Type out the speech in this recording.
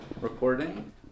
recording